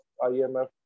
IMF